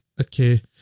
okay